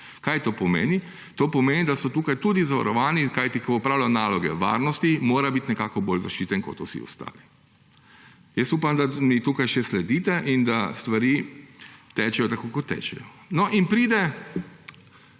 Kaj to pomeni? To pomeni, da so tukaj tudi zavarovani, kajti ko opravljajo naloge varnosti, morajo biti nekako bolj zaščiteni kot vsi ostali. Jaz upam, da mi tukaj še sledite in da stvari tečejo, tako kot tečejo. In pride